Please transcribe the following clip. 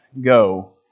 go